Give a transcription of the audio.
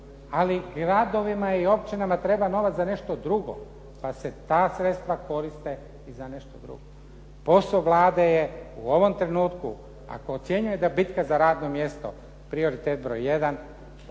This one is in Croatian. ali gradovima i općinama treba novac za nešto drugo, pa se ta sredstva koriste i za nešto drugo. Posao Vlade je u ovom trenutku ako ocjenjuje da bitka za radno mjesto prioritet broj jedan da